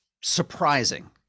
surprising